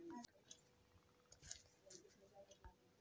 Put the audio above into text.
मले माया घरचं इलेक्ट्रिक बिल भरलं का नाय, हे कस पायता येईन?